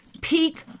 peak